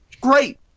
Great